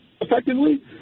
effectively